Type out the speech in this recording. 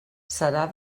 serà